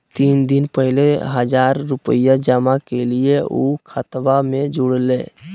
तीन दिन पहले हजार रूपा जमा कैलिये, ऊ खतबा में जुरले?